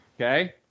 Okay